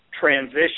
transition